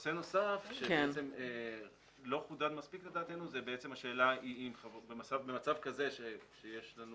נושא נוסף שלא חודד מספיק לדעתנו זו השאלה האם במצב כזה שיש לנו